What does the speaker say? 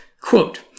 Quote